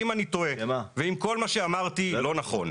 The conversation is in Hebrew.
אם אני טועה ואם כל מה שאמרתי זה לא נכון,